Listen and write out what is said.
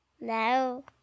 No